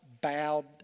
bowed